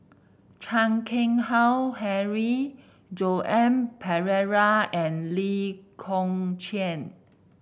Chan Keng Howe Harry Joan Pereira and Lee Kong Chian